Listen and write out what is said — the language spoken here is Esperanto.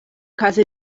kaze